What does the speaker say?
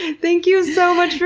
thank you so much for